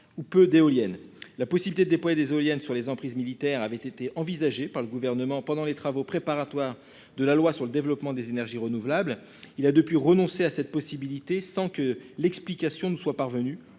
ou peu d'éolienne, la possibilité de déployer des éoliennes sur les emprises militaires avaient été envisagées par le gouvernement pendant les travaux préparatoires de la loi sur le développement des énergies renouvelables. Il a depuis renoncé à cette possibilité, sans que l'explication ne soit parvenu.